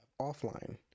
offline